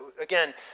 again